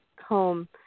home